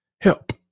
help